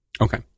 Okay